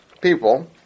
people